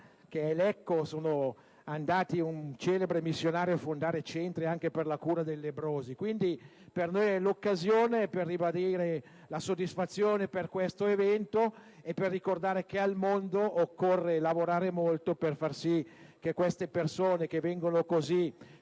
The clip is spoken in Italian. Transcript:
mia città, è andato un celebre missionario a fondare centri per la cura dei lebbrosi. Per noi è questa l'occasione per ribadire la soddisfazione per tale evento e per ricordare che al mondo occorre lavorare molto per far sì che le persone che vengono così